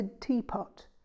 teapot